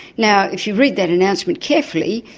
now, if you read that announcement carefully,